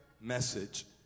message